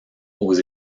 aux